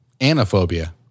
Anaphobia